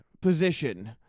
position